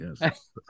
yes